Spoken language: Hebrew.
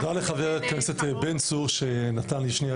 תודה לחבר הכנסת בן צור שנתן לי את